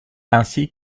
ainsi